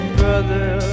brother